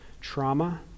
trauma